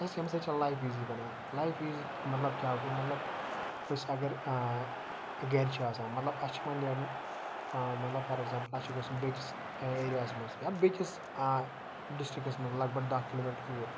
کیازکہِ ییٚمہِ سۭتۍ چھِ لایِف ایٖزی بَنان لایف ایٖزی مَطلَب کیاہ گوٚو مَطلَب أسۍ اگر گَرِ چھِ آسان مَطلَب اَسہِ چھ وۄنۍ نیرُن مَطلَب فار ایٚگزامپل اَسہِ چھُ گَژھُن بیٚکِس ایریاہَس مَنٛز یا بیٚکِس ڈِسٹرکَس مَنٛز لَگ بَگ داہ کِلو میٖٹر دوٗر